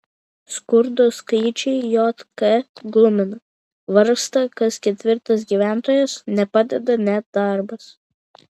skurdo skaičiai jk glumina vargsta kas ketvirtas gyventojas nepadeda net darbas